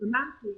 אמרתי,